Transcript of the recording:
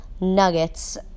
nuggets